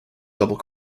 double